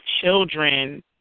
children